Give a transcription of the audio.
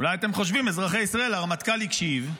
אולי אתם חושבים, אזרחי ישראל, שהרמטכ"ל הקשיב,